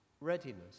readiness